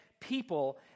people